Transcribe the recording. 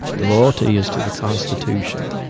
your loyalty is to the constitution.